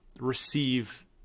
receive